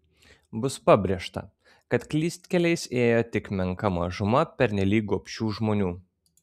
bus pabrėžta kad klystkeliais ėjo tik menka mažuma pernelyg gobšių žmonių